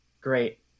great